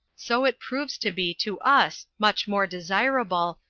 so it proves to be to us much more desirable,